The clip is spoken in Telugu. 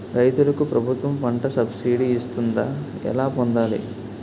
రైతులకు ప్రభుత్వం పంట సబ్సిడీ ఇస్తుందా? ఎలా పొందాలి?